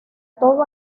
todo